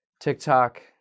TikTok